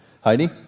Heidi